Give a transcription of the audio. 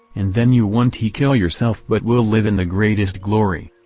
and then you won t kill yourself but will live in the greatest glory.